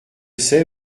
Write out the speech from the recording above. sais